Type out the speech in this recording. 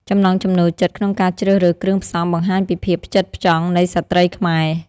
ចំណង់ចំណូលចិត្តក្នុងការជ្រើសរើសគ្រឿងផ្សំបង្ហាញពីភាពផ្ចិតផ្ចង់នៃស្ត្រីខ្មែរ។